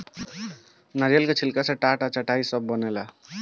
नारियल के छिलका से टाट आ चटाई सब भी बनेला